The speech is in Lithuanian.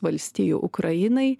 valstijų ukrainai